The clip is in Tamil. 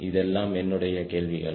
இதெல்லாம் என்னுடைய கேள்விகள்